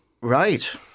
Right